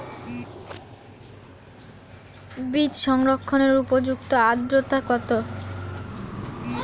বীজ সংরক্ষণের উপযুক্ত আদ্রতা কত?